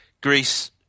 Greece